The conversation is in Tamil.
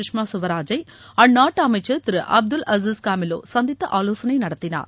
சுஷ்மா ஸ்வராஜை அந்நாட்டு அமைச்சர் திரு அப்துல் அஸிஸ் காமிலேர் சந்தித்து ஆலோசனை நடத்தினார்